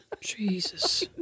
Jesus